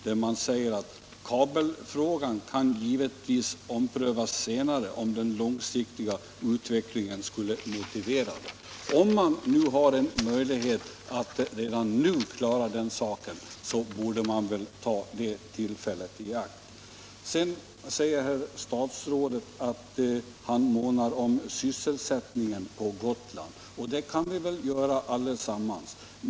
Det heter: ”Kabelfrågan kan givetvis omprövas senare om den långsiktiga utvecklingen skulle motivera det.” Om man redan nu har en möjlighet att klara den saken, borde man väl ta tillfället i akt. Sedan sade statsrådet att han månar om sysselsättningen på Gotland, och det vill vi väl göra allesammans.